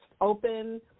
open